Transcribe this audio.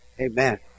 Amen